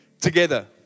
together